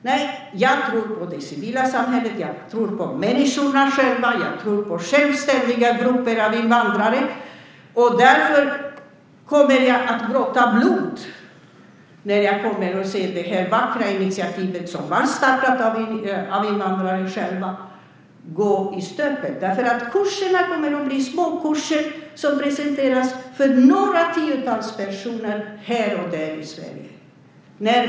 Nej, jag tror på det civila samhället. Jag tror på människorna själva. Jag tror på självständiga grupper av invandrare. Därför kommer jag att gråta blod när jag kommer att se det vackra initiativet, startat av invandrare, gå i stöpet. Kurserna kommer att bli småkurser som presenteras för några tiotalet personer här och där i Sverige.